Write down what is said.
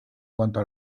cuanto